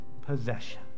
possession